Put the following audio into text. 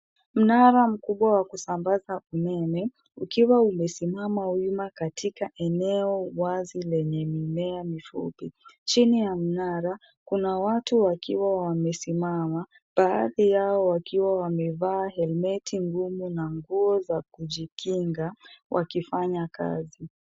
Mnara mkubwa wa kusambaza umeme ukiwa umesimama wima katika eneo wazi lenye mimea mifupi. Chini ya mnara kuna watu wakiwa wamesimama, baadhi yao wakiwa wamevaa helmeti ngumu na nguo za kujikinga wakifanya kazi.